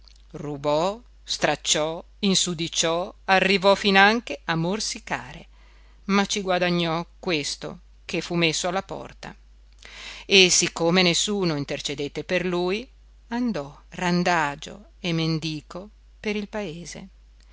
cattive rubò stracciò insudiciò arrivò finanche a morsicare ma ci guadagnò questo che fu messo alla porta e siccome nessuno intercedette per lui andò randagio e mendico per il paese